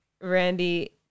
Randy